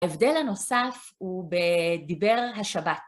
הבדל הנוסף הוא בדיבר השבת.